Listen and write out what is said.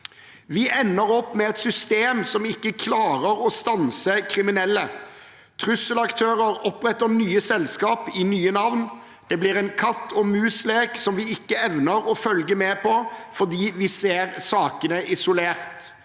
«Vi ender opp med et system som ikke klarer å stanse kriminelle. Trusselaktører oppretter nye selskap i nye navn. Det blir en katt og mus-lek som vi ikke evner å følge med på fordi vi ser sakene isolert.»